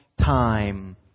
time